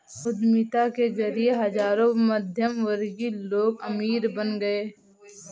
उद्यमिता के जरिए हजारों मध्यमवर्गीय लोग अमीर बन गए